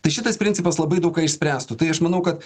tai šitas principas labai daug ką išspręstų tai aš manau kad